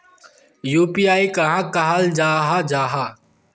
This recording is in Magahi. यु.पी.आई कहाक कहाल जाहा जाहा?